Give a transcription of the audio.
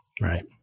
Right